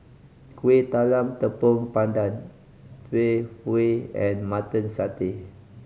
Kueh Talam Tepong Pandan Tau Huay and Mutton Satay